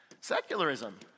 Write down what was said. secularism